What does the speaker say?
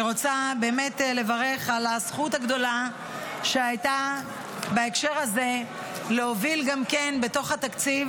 אני רוצה באמת לברך על הזכות הגדולה שהייתה בהקשר הזה להוביל בתוך התקציב